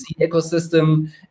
ecosystem